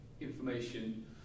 information